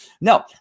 No